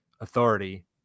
authority